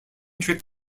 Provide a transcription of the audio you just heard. trick